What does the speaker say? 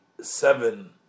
seven